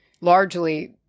largely